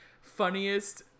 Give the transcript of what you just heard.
funniest